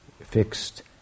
fixed